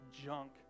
junk